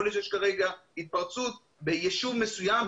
הרי יכול להיות שיש כרגע התפרצות ביישוב מסוים,